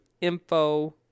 info